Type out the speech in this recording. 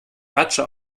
ratsche